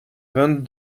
vingt